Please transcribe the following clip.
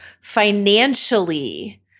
financially –